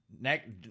Next